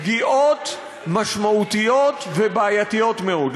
פגיעות משמעותיות ובעייתיות מאוד.